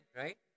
right